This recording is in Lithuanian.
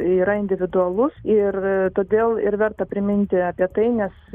yra individualus ir todėl ir verta priminti apie tai nes